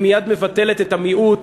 היא מייד מבטלת את המיעוט.